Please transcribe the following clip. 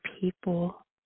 people